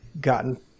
gotten